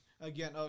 again